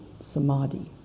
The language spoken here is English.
samadhi